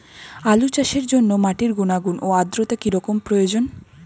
আলু চাষের জন্য মাটির গুণাগুণ ও আদ্রতা কী রকম প্রয়োজন?